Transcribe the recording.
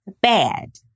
bad